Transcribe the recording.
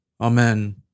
Amen